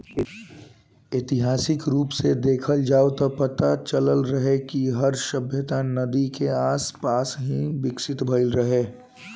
ऐतिहासिक रूप से देखल जाव त पता चलेला कि हर सभ्यता नदी के आसपास ही विकसित भईल रहे